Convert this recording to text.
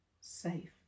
Safe